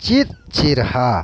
ᱪᱮᱫ ᱪᱮᱨᱦᱟ